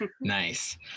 Nice